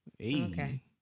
Okay